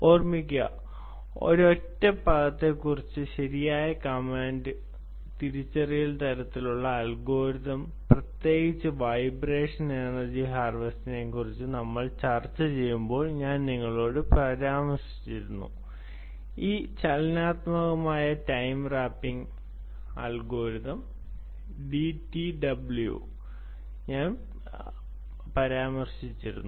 ഓർമിക്കുക ഒരൊറ്റ പദത്തെക്കുറിച്ച് ശരിയായ കമാൻഡ് തിരിച്ചറിയൽ തരത്തിലുള്ള അൽഗോരിതം പ്രത്യേകിച്ച് വൈബ്രേഷൻ എനർജി ഹാർവെസ്റ്റിനെക്കുറിച്ച് നമ്മൾ ചർച്ച ചെയ്യുമ്പോൾ ഞാൻ നിങ്ങളോട് പരാമർശിക്കുന്ന ഈ dynamic time warping algorithm DTW ഞാൻ പരാമർശിച്ചു